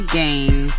game